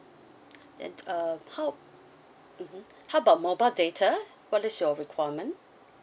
then uh how mmhmm how about mobile data what is your requirement